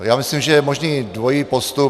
Já myslím, že je možný dvojí postup.